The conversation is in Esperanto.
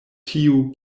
tiu